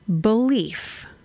belief